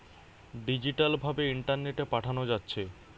digital ভাবে ইন্টারনেটে পাঠানা যাচ্ছে